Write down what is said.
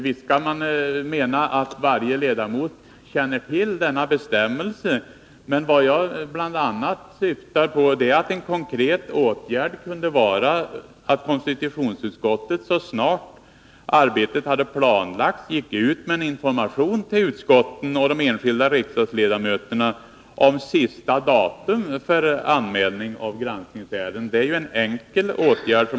Visserligen kan man säga att varje ledamot känner till denna bestämmelse, men vad jag bl.a. syftar till är att en konkret åtgärd kunde vara att konstitutionsutskottet, så snart arbetet hade planlagts, gick ut med information till utskotten och de enskilda riksdagsledamöterna om sista datum för anmälning av granskningsärenden. Det vore ju en enkel åtgärd.